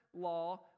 law